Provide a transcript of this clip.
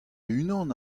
unan